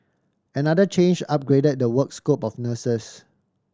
another change upgraded the work scope of nurses